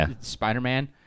Spider-Man